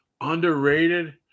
Underrated